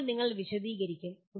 ചിലപ്പോൾ നിങ്ങൾ വിശദീകരിക്കും